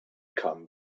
come